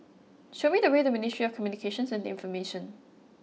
show me the way to Ministry of Communications and Information